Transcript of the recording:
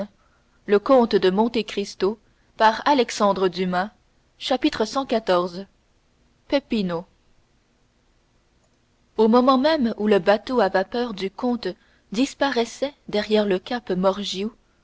premiers brouillards de la nuit cxiv peppino au moment même où le bateau à vapeur du comte disparaissait derrière le cap morgiou